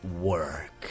work